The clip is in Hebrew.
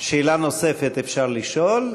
שאלה נוספת אפשר לשאול.